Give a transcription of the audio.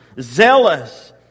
zealous